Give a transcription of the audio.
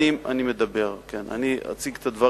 כן, אני אציג את הדברים.